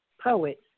Poets